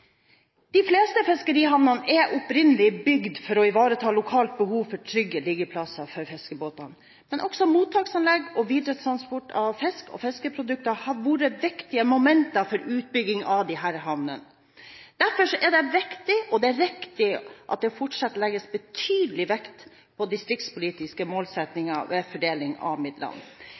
De fleste fiskerihavnene er opprinnelig bygd for å ivareta lokalt behov for trygge liggeplasser for fiskebåtene. Men også mottaksanlegg og videre transport av fisk og fiskeprodukter har vært viktige momenter for utbygging av disse havnene. Derfor er det viktig og riktig at det fortsatt legges betydelig vekt på distriktspolitiske målsettinger ved fordeling av midlene.